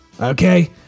Okay